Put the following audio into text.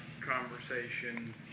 conversation